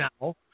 now